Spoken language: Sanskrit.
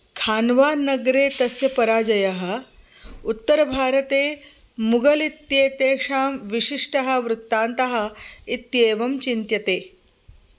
खान्वानगरे तस्य पराजयः उत्तरभारते मुगल् इत्येतेषां विशिष्टः वृत्तान्तः इत्येवं चिन्त्यते